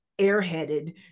airheaded